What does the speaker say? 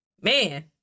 man